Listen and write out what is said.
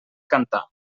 cantar